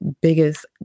biggest